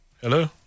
Hello